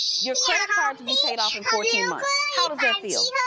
your credit cards will be paid off in fourteen months. how does that feel?